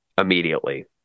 immediately